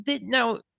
now